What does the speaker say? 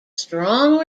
strong